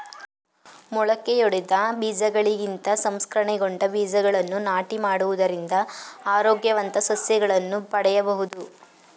ಮೊಳಕೆಯೊಡೆದ ಬೀಜಗಳಿಗಿಂತ ಸಂಸ್ಕರಣೆಗೊಂಡ ಬೀಜಗಳನ್ನು ನಾಟಿ ಮಾಡುವುದರಿಂದ ಆರೋಗ್ಯವಂತ ಸಸಿಗಳನ್ನು ಪಡೆಯಬೋದು